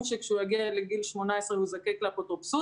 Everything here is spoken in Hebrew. שכאשר הוא יגיע לגיל 18 הוא יזדקק לאפוטרופסות.